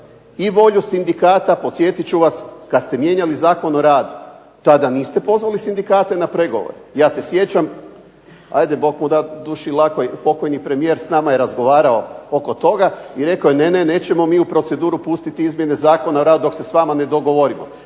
i volju sindikata podsjetit ću vas kad ste mijenjali Zakon o radu. Tada niste pozvali sindikate na pregovore. Ja se sjećam, hajde Bog mu dao duši lako, pokojni premijer s nama je razgovarao s nama oko toga i rekao je ne, ne, ne. Nećemo mi u proceduru pustiti izmjene Zakona o radu dok se s vama ne dogovorimo.